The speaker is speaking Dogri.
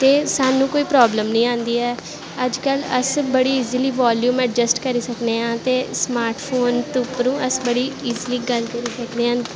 ते सानूं कोई प्राब्लम निं आंदी ऐ अज्ज कल अस बड़ी ईजली बाल्यूम अडजस्ट करी सकने आं ते स्मार्ट फोन दे उप्परों इक बड़ी ईजली गल्ल करी सकने आं